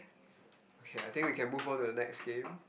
okay I think we can move on to the next game